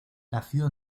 nacido